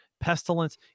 Pestilence